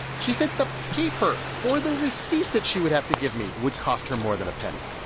she said the paper for the receipt that she would have to give me would cost her more than a penny.